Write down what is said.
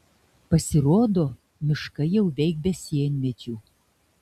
pasirodo miškai jau veik be sienmedžių